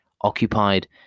occupied